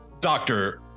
doctor